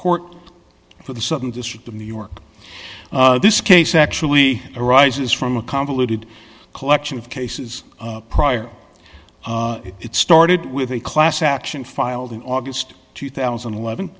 court for the southern district of new york this case actually arises from a convoluted collection of cases prior it started with a class action filed in august two thousand and eleven